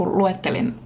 luettelin